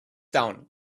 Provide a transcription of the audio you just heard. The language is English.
down